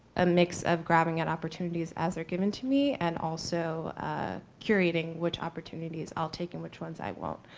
a mix of grabbing at opportunities as they're given to me and also ah curating which opportunities i'll take and which ones i won't.